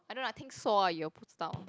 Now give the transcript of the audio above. I don't know I think so ah 不知道